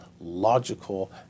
logical